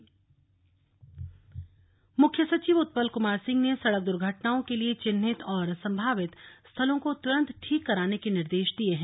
मुख्य सचिव मुख्य सचिव उत्पल कुमार सिंह ने सड़क दुर्घटनाओं के लिए चिन्हित और सम्भावित स्थलों को तुरंत ठीक कराने के निर्देश दिये हैं